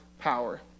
power